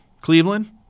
Cleveland